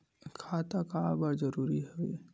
खाता का बर जरूरी हवे?